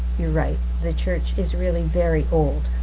you're right, the church is really very old.